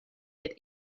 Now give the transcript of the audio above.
had